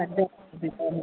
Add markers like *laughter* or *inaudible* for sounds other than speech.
*unintelligible* ॾेखारियो